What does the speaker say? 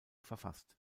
verfasst